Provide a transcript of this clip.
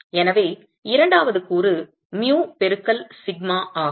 எனவே இரண்டாவது கூறு மியு பெருக்கல் சிக்மா ஆகும்